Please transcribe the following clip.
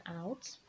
out